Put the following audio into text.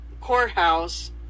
courthouse